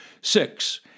Six